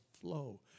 flow